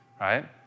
right